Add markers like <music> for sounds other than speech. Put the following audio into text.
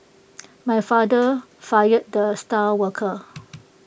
my father fired the star worker <noise>